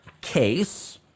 case